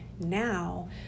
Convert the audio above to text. now